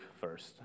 first